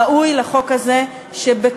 ראוי לחוק הזה שבכל,